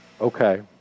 Okay